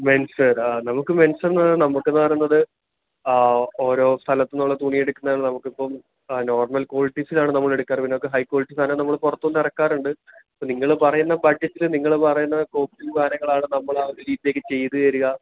men's ആ നമുക്ക് men's എന്ന് നമുക്ക് എന്ന് പറയുന്നത് ഓരോ സ്ഥലത്തുനിന്നുള്ള തുണി എടുക്കുന്നതാണ് നമുക്ക് ഇപ്പം ആ നോർമൽ ക്വാളിറ്റിസിലാണ് നമ്മൾ എടുക്കാറ് പിന്നെ നമുക്ക് ഹൈ ക്വാളിറ്റി സാധനം നമ്മൾ പുറത്തുനിന്ന് ഇറക്കാറുണ്ട് അപ്പം നിങ്ങൾ പറയുന്ന ബഡ്ജറ്റിൽ നിങ്ങൾ പറയുന്ന കോസ്റ്റും കാര്യങ്ങളാണ് നമ്മൾ ആ ഒരു രീതിയിലേക്ക് ചെയ്ത് തരിക